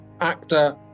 actor